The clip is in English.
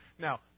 Now